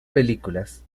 películas